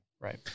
right